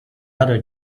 other